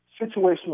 situational